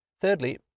Thirdly